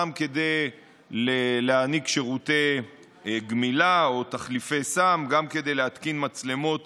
גם כדי להעניק שירותי גמילה או תחליפי סם וגם כדי להתקין מצלמות